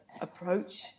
approach